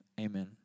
Amen